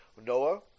noah